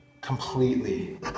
completely